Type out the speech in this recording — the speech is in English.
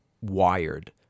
wired